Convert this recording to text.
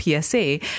PSA